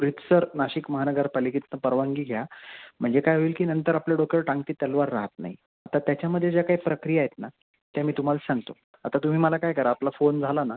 रीतसर नाशिक महानगरपालिकेतनं परवानगी घ्या म्हणजे काय होईल की नंतर आपले डोकं टांगती तलवार राहत नाही आता त्याच्यामध्ये ज्या काही प्रक्रिया आहेत ना त्या मी तुम्हाला सांगतो आता तुम्ही मला काय करा आपला फोन झाला ना